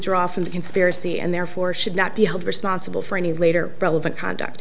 draw from the conspiracy and therefore should not be held responsible for any later relevant conduct